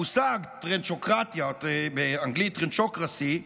המושג טרנצ'וקרטיה, באנגלית trenchocracy,